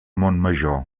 montmajor